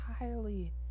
entirely